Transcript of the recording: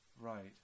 Right